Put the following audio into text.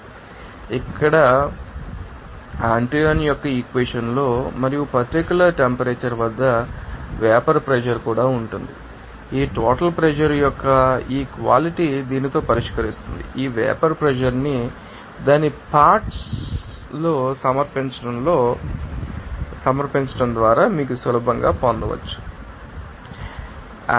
కాబట్టి ఇక్కడ మీరు తెలుసుకోవాలి ఆంటోయిన్ యొక్క ఈక్వెషన్ లో మరియు పర్టిక్యూలర్ టెంపరేచర్ వద్ద వేపర్ ప్రెషర్ కూడా ఉంటుంది ఈ టోటల్ ప్రెషర్ యొక్క ఈక్వాలిటీ దీనితో పరిష్కరిస్తుంది ఈ వేపర్ పషర్ను దాని పార్ట్శ్ లో సమర్పించడం ద్వారా మీరు సులభంగా పొందవచ్చు బబుల్ పాయింట్ టెంపరేచర్